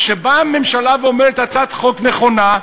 שבאה ממשלה ואומרת: הצעת חוק נכונה,